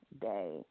day